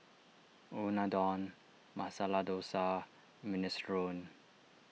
Unadon Masala Dosa Minestrone